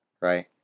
right